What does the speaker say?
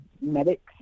medics